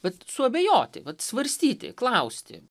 bet suabejoti vat svarstyti klausti